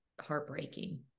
heartbreaking